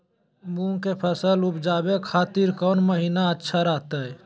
मूंग के फसल उवजावे खातिर कौन महीना अच्छा रहतय?